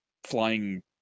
flying